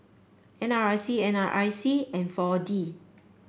N R I C N R I C and four D